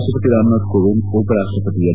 ರಾಷ್ಟಪತಿ ರಾಮನಾಥ್ ಕೋವಿಂದ್ ಉಪರಾಷ್ಟಪತಿ ಎಂ